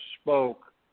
spoke